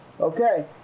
Okay